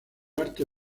arte